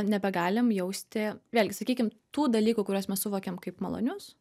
nebegalime jausti vėlgi sakykim tų dalykų kuriuos mes suvokiame kaip malonius